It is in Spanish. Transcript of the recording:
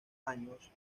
años